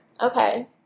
Okay